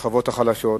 לשכבות החלשות.